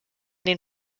den